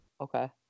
Okay